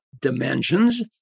dimensions